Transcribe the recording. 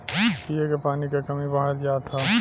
पिए के पानी क कमी बढ़्ते जात हौ